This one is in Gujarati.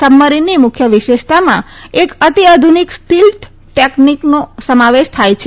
સબમરીનની મુખ્ય વિશેષતામાં એક અતિઆધુનિક સ્ટીલ્થ ટેકનીકનો સમાવેશ થાય છે